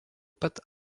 pat